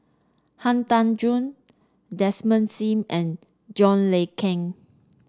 Han Tan Juan Desmond Sim and John Le Cain